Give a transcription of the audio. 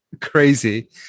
crazy